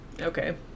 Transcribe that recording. Okay